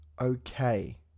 okay